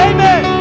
Amen